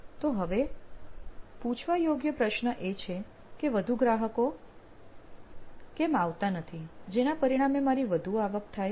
તો હવે પૂછવા યોગ્ય પ્રશ્ન એ છે કે વધુ ગ્રાહકો કેમ આવતા નથી જેના પરિણામે મારી આવક વધુ થાય